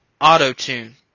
auto-tune